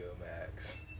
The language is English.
Max